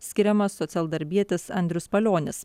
skiriamas socialdarbietis andrius palionis